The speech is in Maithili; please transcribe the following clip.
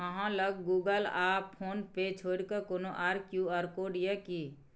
अहाँ लग गुगल आ फोन पे छोड़िकए कोनो आर क्यू.आर कोड यै कि?